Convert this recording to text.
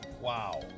Wow